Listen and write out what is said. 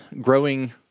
growing